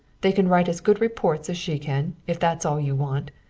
they can write as good reports as she can, if that's all you want.